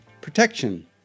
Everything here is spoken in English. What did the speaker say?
protection